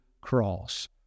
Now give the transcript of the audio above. cross